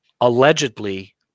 Allegedly